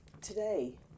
today